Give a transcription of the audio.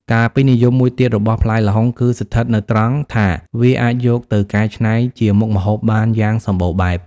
ការពេញនិយមមួយទៀតរបស់ផ្លែល្ហុងគឺស្ថិតនៅត្រង់ថាវាអាចយកទៅកែច្នៃជាមុខម្ហូបបានយ៉ាងសម្បូរបែប។